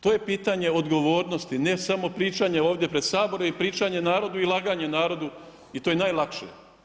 To je pitanje odgovornosti, ne samo pričanje ovdje pred Saborom i pričanje narodu i laganje narodu i to je najlakše.